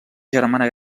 germana